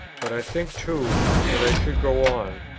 but i think too that i should go on,